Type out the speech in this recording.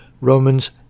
Romans